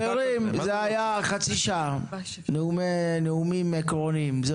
חברים, אלה היו נאומים עקרוניים במשך חצי שעה.